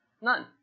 None